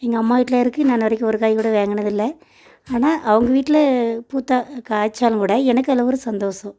எங்கள் அம்மா வீட்டில் இருக்குது நான் இன்று வரைக்கும் ஒரு காய் கூட வாங்கினதில்ல ஆனால் அவங்க வீட்டில் பூத்தால் காய்த்தாலும் கூட எனக்கு அதில் ஒரு சந்தோஷம்